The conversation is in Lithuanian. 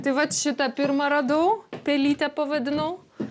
tai vat šita pirmą radau pelyte pavadinau